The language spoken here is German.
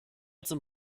zum